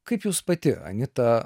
kaip jūs pati anita